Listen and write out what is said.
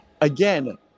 again